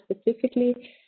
specifically